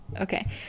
Okay